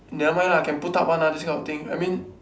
never mind lah can put up one ah this kind of thing I mean